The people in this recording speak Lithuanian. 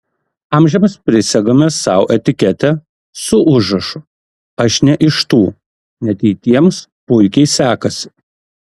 amžiams prisegame sau etiketę su užrašu aš ne iš tų net jei tiems puikiai sekasi